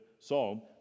psalm